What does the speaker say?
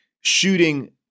shooting